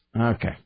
Okay